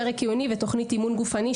פרק עיוני ותכנית אימון גופני,